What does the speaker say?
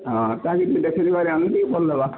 ହଁ କାଏଁଯେ କି ଦେଖେଇକରି ଆନ୍ମି ବେଲେ ଟିକେ ଭଲ୍ ହେବା